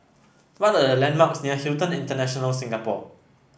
what are the landmarks near Hilton International Singapore